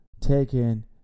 taken